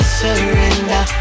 surrender